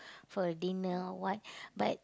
for a dinner or what but